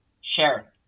Share